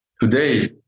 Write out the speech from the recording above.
today